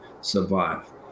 survive